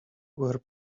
were